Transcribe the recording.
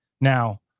Now